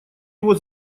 его